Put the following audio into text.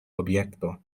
objekto